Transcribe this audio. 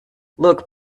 look